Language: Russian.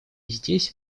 здесь